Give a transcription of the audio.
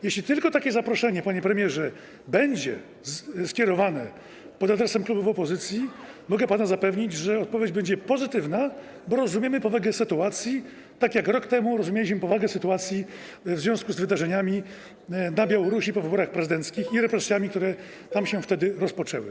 Jeśli tylko takie zaproszenie, panie premierze, będzie skierowane pod adresem klubów opozycji, mogę pana zapewnić, że odpowiedź będzie pozytywna, bo rozumiemy powagę sytuacji, tak jak rok temu rozumieliśmy powagę sytuacji w związku z wydarzeniami na Białorusi po wyborach prezydenckich i represjami, które tam się wtedy rozpoczęły.